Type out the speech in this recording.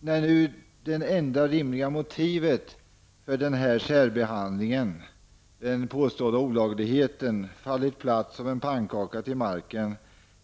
När nu det enda rimliga motivet för denna särbehandling -- den påstådda olagligheten - fallit platt som en pannkaka till marken,